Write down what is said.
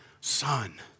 son